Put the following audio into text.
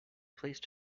placed